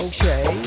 Okay